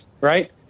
right